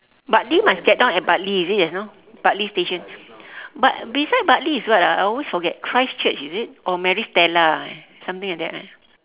bartley must get down at Bartley is it just now bartley station but beside bartley is what ah I always forget christchurch is it or maris stella eh something like that eh